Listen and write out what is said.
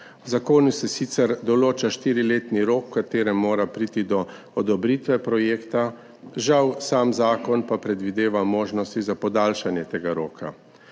V zakonu se sicer določa štiriletni rok, v katerem mora priti do odobritve projekta, žal pa sam zakon predvideva možnosti za podaljšanje tega roka.